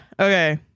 Okay